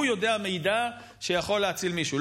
הוא יודע מידע שיכול להציל מישהו.